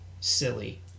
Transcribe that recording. silly